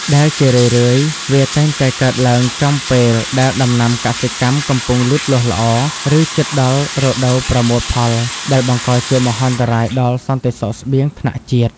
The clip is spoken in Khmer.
ដែលជារឿយៗវាតែងតែកើតឡើងចំពេលដែលដំណាំកសិកម្មកំពុងលូតលាស់ល្អ ឬជិតដល់រដូវប្រមូលផល ដែលបង្កជាមហន្តរាយដល់សន្តិសុខស្បៀងថ្នាក់ជាតិ។